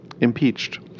impeached